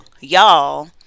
Y'all